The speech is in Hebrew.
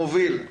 מוביל,